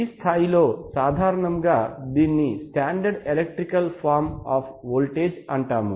ఈ స్థాయిలో సాధారణముగా దీన్ని standard electrical form of voltage అంటాము